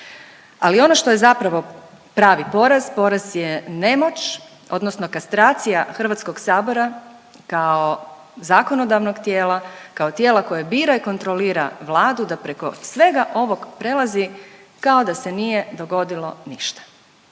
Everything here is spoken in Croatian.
Ali ono što je zapravo pravi poraz, poraz je nemoć odnosno kastracija Hrvatskog sabora kao zakonodavnog tijela, kao tijela koje bira i kontrolira Vladu da preko svega ovog prelazi kao da se nije dogodilo ništa.